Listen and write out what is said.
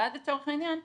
ואז לצורך העניין,